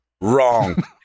wrong